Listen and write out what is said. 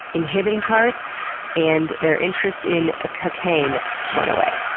inhibiting parts and their interest in ah cocaine went away.